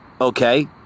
okay